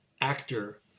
actor